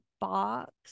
box